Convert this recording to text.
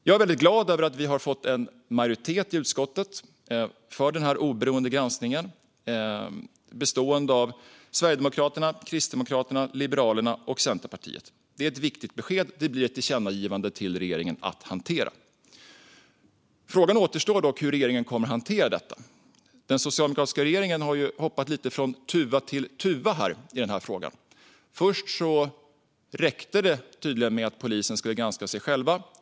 Jag är väldigt glad över att vi har fått en majoritet i utskottet för denna oberoende granskning, en majoritet bestående av Moderaterna, Sverigedemokraterna, Kristdemokraterna, Liberalerna och Centerpartiet. Det är ett viktigt besked. Det blir ett tillkännagivande till regeringen att hantera. Frågan återstår dock hur regeringen kommer att hantera detta. Den socialdemokratiska regeringen har ju hoppat lite från tuva till tuva i den här frågan. Först räckte det tydligen att polisen skulle granska sig själv.